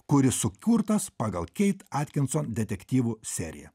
kuris sukurtas pagal keit atkinson detektyvų seriją